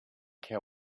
care